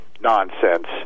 nonsense